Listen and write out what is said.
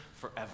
forever